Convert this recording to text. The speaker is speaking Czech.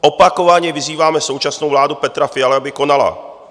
Opakovaně vyzýváme současnou vládu Petra Fialy, aby konala.